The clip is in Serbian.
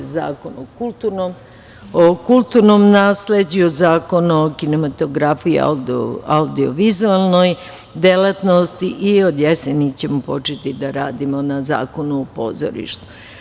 Dalje, zakon o kulturnom nasleđu, zakon o kinematografiji, audio-vizuelnoj delatnosti i do jeseni ćemo početi da radimo na zakonu o pozorištu.